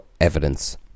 evidence